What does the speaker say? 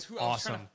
awesome